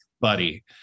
buddy